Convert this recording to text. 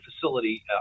facility